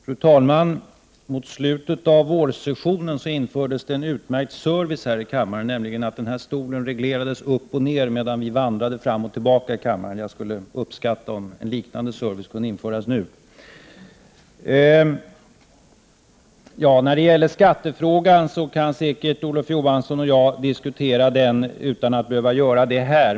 Fru talman! Mot slutet av vårsessionen infördes det en utmärkt service här i kammaren, nämligen att talarstolen reglerades uppåt eller nedåt medan vi vandrade fram och tillbaka i kammaren. Jag skulle uppskatta om en liknande service kunde införas nu. När det gäller skattefrågan kan Olof Johansson och jag säkert diskutera den utan att behöva göra det här.